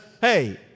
hey